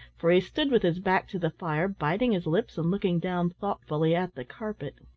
for he stood with his back to the fire, biting his lips and looking down thoughtfully at the carpet.